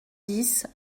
dix